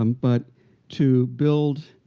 um but to build